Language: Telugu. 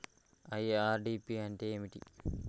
ఐ.ఆర్.డి.పి అంటే ఏమిటి?